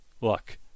look